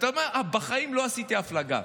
אתה אומר: בחיים לא עשיתי הפלגה.